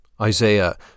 Isaiah